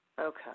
Okay